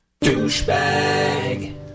Douchebag